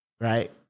right